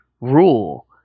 rule